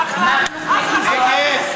מיקי זוהר,